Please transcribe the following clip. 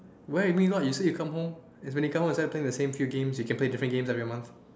where you you say you come home and when you come home you play the same few games when you can play different games every month